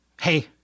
Hey